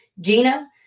Gina